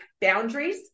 boundaries